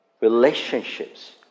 relationships